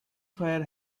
fire